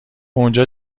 اونجا